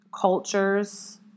cultures